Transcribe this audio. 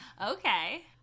Okay